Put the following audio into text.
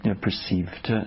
perceived